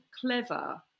clever